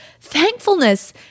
thankfulness